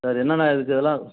sir என்னென்ன இருக்கு அதெல்லாம்